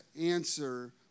answer